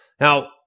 Now